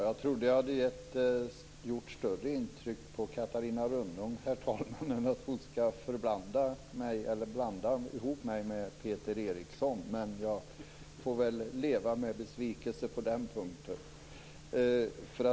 Herr talman! Jag trodde att jag hade gjort större intryck på Catarina Rönnung än att hon skall behöva blanda ihop mig med Peter Eriksson. Jag får väl leva med min besvikelse på den punkten.